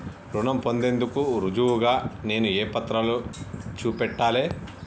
రుణం పొందేందుకు రుజువుగా నేను ఏ పత్రాలను చూపెట్టాలె?